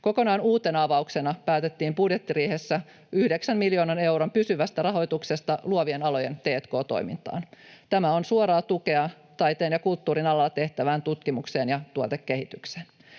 Kokonaan uutena avauksena päätettiin budjettiriihessä 9 miljoonan euron pysyvästä rahoituksesta luovien alojen t&k-toimintaan. Tämä on suoraa tukea taiteen ja kulttuurin alalla tehtävään tutkimukseen ja tuotekehitykseen.